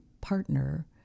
partner